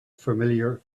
familiar